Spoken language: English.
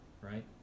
right